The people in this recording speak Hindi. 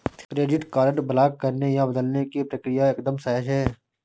क्रेडिट कार्ड ब्लॉक करने या बदलने की प्रक्रिया एकदम सहज है